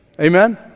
Amen